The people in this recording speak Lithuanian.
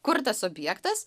kurtas objektas